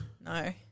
No